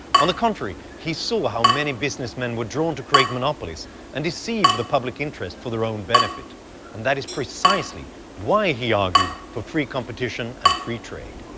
on the contrary, he saw how many businessmen were drawn to create monopolies and deceive the public interest for their own benefit and that is precisely why he argued for free competition and free trade.